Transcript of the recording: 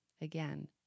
Again